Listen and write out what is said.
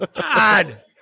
God